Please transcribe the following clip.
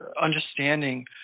understanding